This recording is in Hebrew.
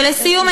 ולסיום,